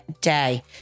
day